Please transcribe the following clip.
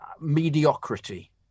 mediocrity